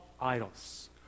idols